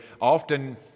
often